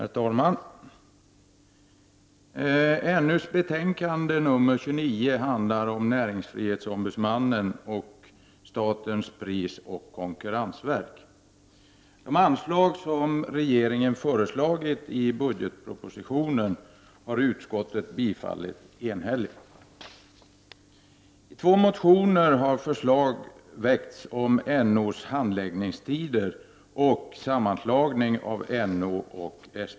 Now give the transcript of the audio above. Herr talman! Näringsutskottets betänkande nr 29 handlar om näringsfrihetsombudsmannen och statens prisoch konkurrensverk. Utskottet har enhälligt tillstyrkt de anslag som regeringen föreslagit i budgetpropositionen. I två motioner har förslag väckts om NO:s handläggningstider och sammanslagning av NO och SPK.